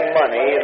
money